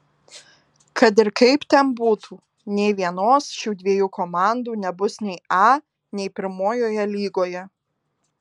kad ir kaip ten būtų nė vienos šių dviejų komandų nebus nei a nei pirmojoje lygoje